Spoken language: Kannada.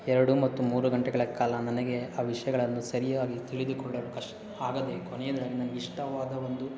ಎರಡು ಮತ್ತು ಮೂರು ಗಂಟೆಗಳ ಕಾಲ ನನಗೆ ಆ ವಿಷಯಗಳನ್ನು ಸರಿಯಾಗಿ ತಿಳಿದುಕೊಳ್ಳಲು ಕಷ್ಟ ಆಗದೆ ಕೊನೆಯದಾಗಿ ನನಗೆ ಇಷ್ಟವಾದ ಒಂದು